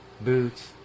boots